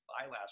eyelash